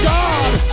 God